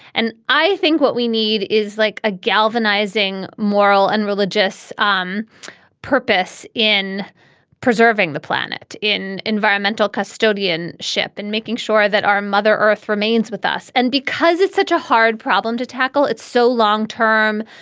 and i think what we need is like a galvanizing moral and religious um purpose in preserving the planet in environmental custodianship and making sure that our mother earth remains with us. and because it's such a hard problem to tackle, it's so long term,